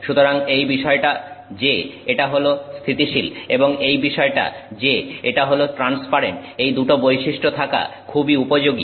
সুতরাং এই বিষয়টা যে এটা হলো স্থিতিশীল এবং এই বিষয়টা যে এটা হলো ট্রান্সপারেন্ট এই দুটো বৈশিষ্ট্য থাকা খুবই উপযোগী